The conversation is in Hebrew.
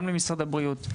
גם למשרד הבריאות,